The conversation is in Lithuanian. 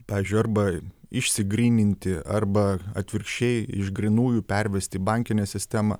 pavyzdžiui arba išsigryninti arba atvirkščiai iš grynųjų pervesti į bankinę sistemą